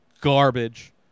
garbage